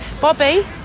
Bobby